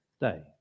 day